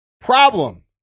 problem